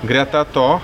greta to